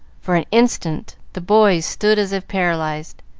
for an instant, the boys stood as if paralyzed.